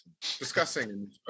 Discussing